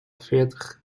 veertig